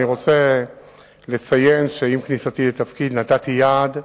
אני רוצה לציין שעם כניסתי לתפקיד קבעתי יעד,